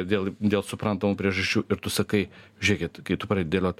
dėl dėl suprantamų priežasčių ir tu sakai žiūrėkit kai tu pradedi dėliot